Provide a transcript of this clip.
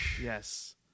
Yes